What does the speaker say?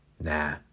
Nah